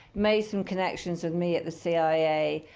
made some connections with me at the cia.